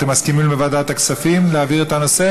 אתם מסכימים להעביר את הנושא